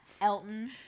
Elton